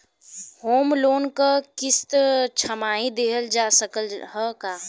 Home loan क किस्त छमाही देहल जा सकत ह का?